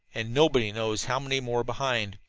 and nobody knows how many more behind.